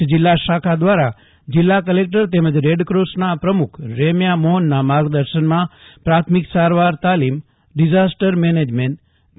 કચ્છ જિલ્લા શાખા દ્વારા જિલ્લા કલેકટર તેમજ રેડક્રોસના પ્રમુખ રેમ્યા મોહનના માર્ગદર્શનમાં પ્રાથમિક સારવાર તાલીમ ડિઝાસ્ટર મેનેજમેન્ટ જે